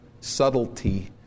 subtlety